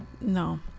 no